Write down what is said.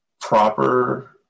proper